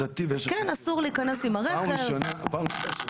אך נשמע מפיהם ולא מפי כתבם,